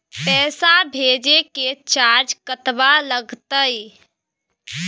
पैसा भेजय के चार्ज कतबा लागते?